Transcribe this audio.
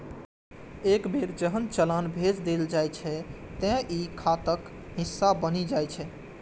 एक बेर जहन चालान भेज देल जाइ छै, ते ई खाताक हिस्सा बनि जाइ छै